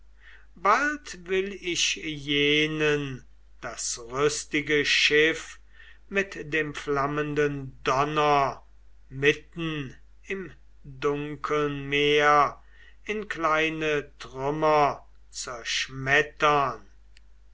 bald will ich jenen das rüstige schiff mit dem flammenden donner mitten im dunkeln meer in kleine trümmer zerschmettern